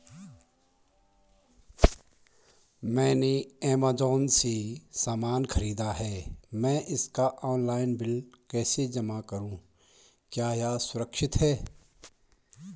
मैंने ऐमज़ान से सामान खरीदा है मैं इसका ऑनलाइन बिल कैसे जमा करूँ क्या यह सुरक्षित है?